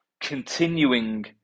continuing